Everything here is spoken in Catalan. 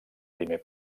primer